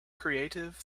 creative